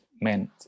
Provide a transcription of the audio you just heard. meant